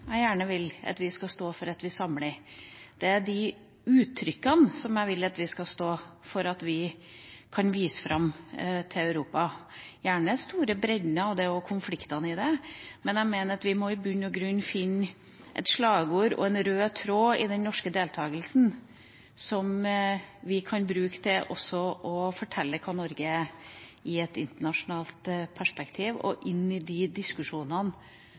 jeg gjerne vil at vi skal stå for samlet. Det er de uttrykkene som jeg vil at vi skal stå for, slik at vi kan vise dem fram til Europa, gjerne den store bredden av det og konfliktene i det. Men jeg mener at vi må i bunn og grunn finne et slagord og en rød tråd i den norske deltakelsen som vi kan bruke til å fortelle hva Norge er i et internasjonalt perspektiv – inn i de diskusjonene